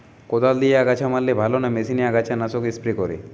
কদাল দিয়ে আগাছা মারলে ভালো না মেশিনে আগাছা নাশক স্প্রে করে?